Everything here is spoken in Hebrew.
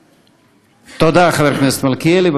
תודה, חבר הכנסת מלכיאלי.